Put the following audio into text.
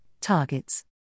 targets